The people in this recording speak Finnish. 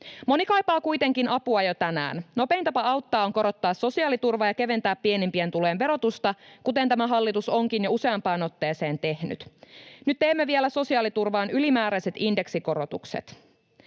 Moni kaipaa kipeästi apua jo tänään. Nopein tapa auttaa on korottaa sosiaaliturvaa ja keventää pienimpien tulojen verotusta, kuten tämä hallitus onkin jo useampaan otteeseen tehnyt. Nyt teemme vielä sosiaaliturvaan ylimääräiset indeksikorotukset.